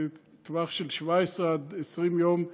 טווח של 17 20 יום באניות,